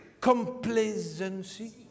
complacency